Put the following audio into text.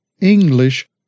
English